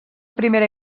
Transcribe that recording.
primera